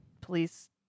police